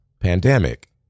pandemic